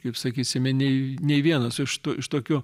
kaip sakysime nei nei vienas iš to iš tokio